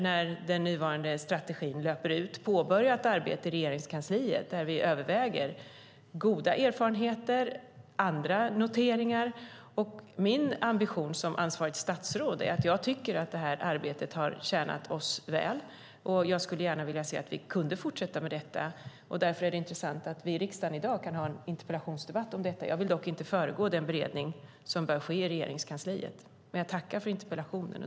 När den nuvarande strategin löper ut kommer vi i Regeringskansliet att påbörja ett arbete där vi överväger goda erfarenheter och andra noteringar. Som ansvarigt statsråd tycker jag att detta arbete har tjänat oss väl och skulle gärna vilja se att vi kunde fortsätta med detta. Därför är det intressant att vi i riksdagen i dag kan ha en interpellationsdebatt om detta. Jag vill dock inte föregå den beredning som bör ske i Regeringskansliet. Jag tackar för interpellationen.